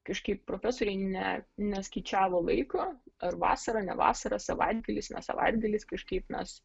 kažkaip profesoriai ne neskaičiavo laiko ar vasara ne vasara savaitgalis savaitgaliais kažkaip mes